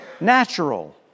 natural